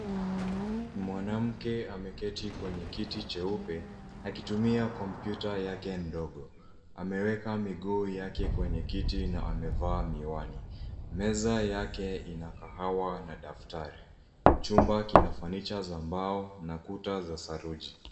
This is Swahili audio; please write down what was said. Mwanamke ameketi kwenye kiti cheupe akitumia kompyuta yake ndogo. Ameweka miguu yake kwenye kiti na amevaa miwani. Meza yake ina kahawa na daftari. Chumba kina fanicha za mbao na kuta za saruji.